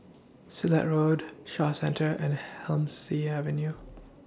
Silat Road Shaw Centre and Avenue